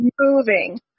moving